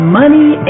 money